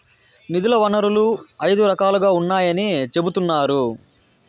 నిధుల వనరులు ఐదు రకాలుగా ఉన్నాయని చెబుతున్నారు